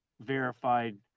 verified